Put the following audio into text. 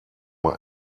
man